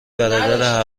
برادر